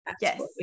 Yes